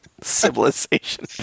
civilization